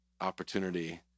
opportunity